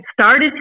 started